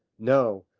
no,